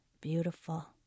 Beautiful